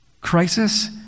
crisis